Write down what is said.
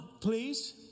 please